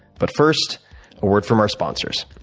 but first, a word from our sponsors.